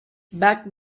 bach